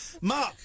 Mark